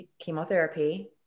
chemotherapy